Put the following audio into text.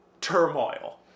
turmoil